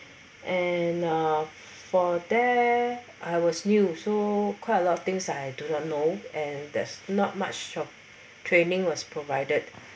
and uh for there I was new so quite a lot of things I do not know and there's not much of training was provided